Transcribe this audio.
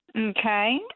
Okay